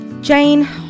Jane